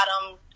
bottom